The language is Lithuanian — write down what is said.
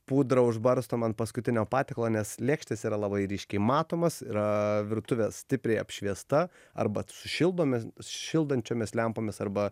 pudrą užbarstom ant paskutinio patiekalo nes lėkštės yra labai ryškiai matomos yra virtuvė stipriai apšviesta arba su šildome šildančiomis lempomis arba